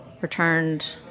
returned